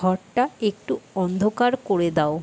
ঘরটা একটু অন্ধকার করে দাও